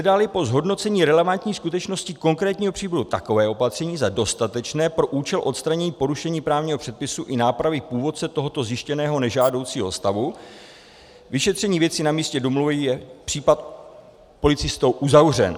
Shledáli po zhodnocení relevantní skutečnosti konkrétního případu takové opatření za dostatečné pro účel odstranění porušení právního předpisu i nápravy původce tohoto zjištěného nežádoucího stavu, vyšetřením věci na místě domluvou je případ policistou uzavřen.